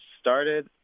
started